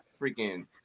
freaking